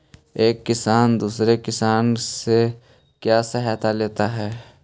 एक किसान दूसरे किसान से क्यों सहायता लेता है?